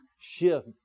shift